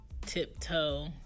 Tiptoe